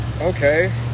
Okay